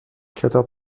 کتاب